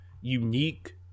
unique